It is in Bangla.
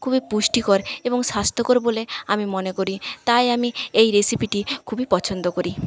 খুবই পুষ্টিকর এবং স্বাস্থ্যকর বলে আমি মনে করি তাই আমি এই রেসিপিটি খুবই পছন্দ করি